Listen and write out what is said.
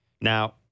Now